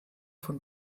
von